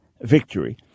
victory